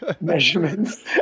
measurements